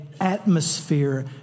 atmosphere